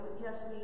Yes